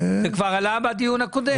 זה כבר עלה בדיון הקודם.